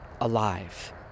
alive